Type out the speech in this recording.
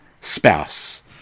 spouse